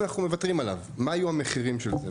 הבחינה של מדד הקהילתיות אבל לפני כן אני רוצה לומר מהי קהילתיות?